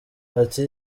ati